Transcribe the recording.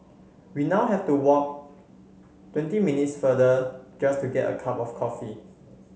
we now have to walk twenty minutes farther just to get a cup of coffee